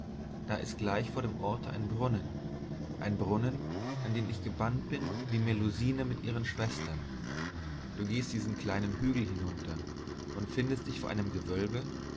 das ist gleich vor dem orte ein brunnen ein brunnen an den ich gebannt bin wie melusine mit ihren schwestern du gehst einen kleinen hügel hinunter und findest dich vor einem gewölbe